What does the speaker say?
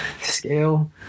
scale